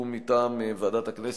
מטעם ועדת הכנסת,